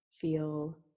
feel